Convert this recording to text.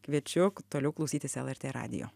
kviečiu toliau klausytis lrt radijo